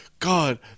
god